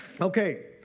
Okay